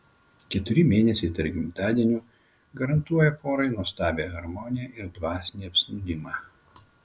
keturi mėnesiai tarp gimtadienių garantuoja porai nuostabią harmoniją ir dvasinį apsnūdimą